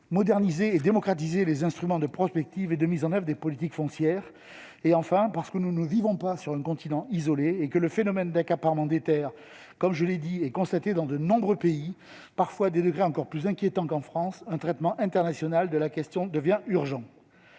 moderniser et de démocratiser les instruments de prospective et de mise en oeuvre des politiques foncières. Enfin, parce que nous ne vivons pas sur un continent isolé et que le phénomène d'accaparement des terres, comme je l'ai souligné, se constate dans de nombreux pays, parfois à des degrés encore plus inquiétants qu'en France, un tel texte aurait mis l'accent